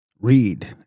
Read